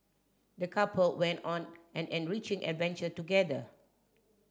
the couple went on an enriching adventure together